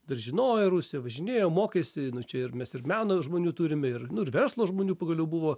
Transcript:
dar žinojo rusiją važinėjo mokėsi čia ir mes ir meno žmonių turime ir nu ir verslo žmonių pagaliau buvo